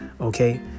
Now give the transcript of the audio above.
Okay